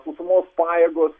sausumos pajėgos